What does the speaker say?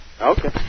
Okay